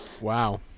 Wow